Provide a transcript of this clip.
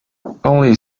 only